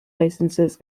licences